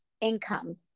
income